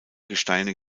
gesteine